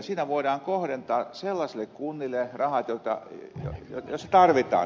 siinä voidaan kohdentaa sellaisille kunnille rahat joissa tarvitaan